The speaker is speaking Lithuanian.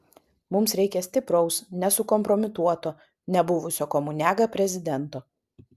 mums reikia stipraus nesukompromituoto nebuvusio komuniaga prezidento